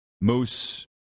Moose